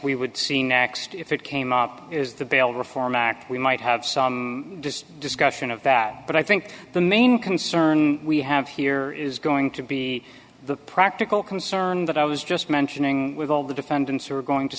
we would see next if it came up is the bail reform act we might have some discussion of that but i think the main the concern we have here is going to be the practical concern that i was just mentioning with all the defendants who are going to